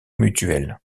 mutuelles